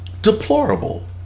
Deplorable